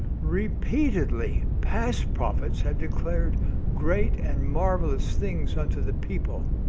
repeatedly, past prophets have declared great and marvelous things unto the people,